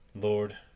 Lord